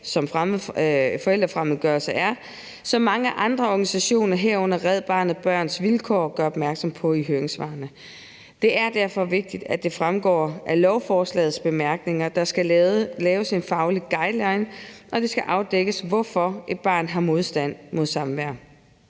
som forældrefremmedgørelse er, og som mange organisationer, herunder Red Barnet og Børns Vilkår gør opmærksom på i høringssvarene. Det er derfor vigtigt, at det fremgår af lovforslagets bemærkninger. Der skal laves en faglig guideline, og det skal afdækkes, hvorfor et barn har modstand mod samvær.